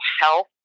health